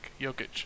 Jokic